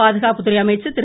பாதுகாப்புத்துறை அமைச்சர் திரு